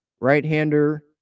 Right-hander